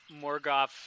Morgoth